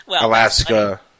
Alaska